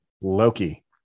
Loki